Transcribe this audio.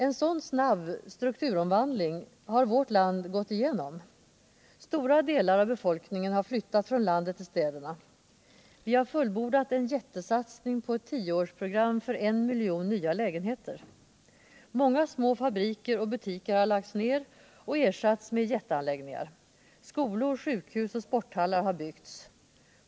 En sådan snabb strukturomvandling har vårt land gått igenom. Stora delar av befolkningen har flyttat från landet till städerna. Vi har fullbordat en jättesatsning på ett tioårsprogram för en miljon nya lägenheter. Många små fabriker och butiker har lagts ned och ersatts med jätteanläggningar. Skolor, sjukhus och sporthallar har byggts.